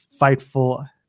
Fightful